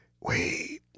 Wait